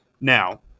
Now